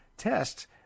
tests